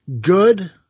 good